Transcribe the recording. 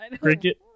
cricket